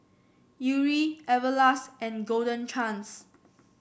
Yuri Everlast and Golden Chance